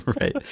Right